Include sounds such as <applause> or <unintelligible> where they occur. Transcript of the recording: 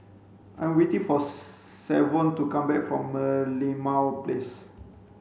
I'm waiting for <unintelligible> Savon to come back from Merlimau Place